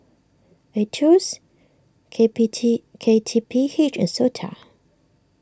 Aetos K P T K T P H and Sota